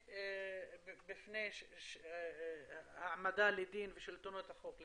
בפני העמדה לדין ושלטונות החוק.